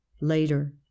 later